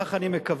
כך אני מקווה.